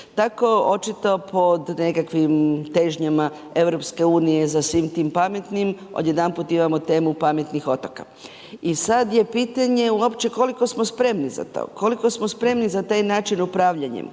Tako očito pod nekakvim težnjama EU, za svim tim pametnim odjedanput imamo temu pametnih otoka. I sada je pitanje uopće koliko smo spremni za to, koliko smo spremni za taj način upravljanjem,